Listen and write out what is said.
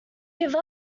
give